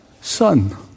son